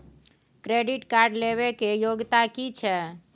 Credit card लेबै के योग्यता कि छै?